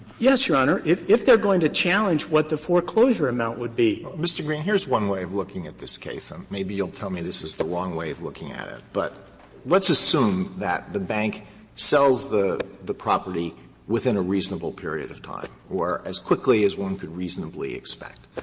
yes, your honor, if if they're going to challenge what the foreclosure amount would be. alito mr. green, here's one way of looking at this case. um maybe you'll tell me this is the wrong way of looking at it. but let's assume that the bank sells the the property within a reasonable period of time or quickly as one could reasonably expect.